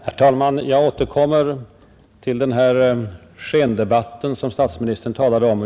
Herr talman! Jag återkommer till denna skendebatt som statsministern talade om.